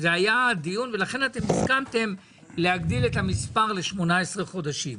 לכן, אתם הסכמתם להגדיל את המספר ל-18 חודשים.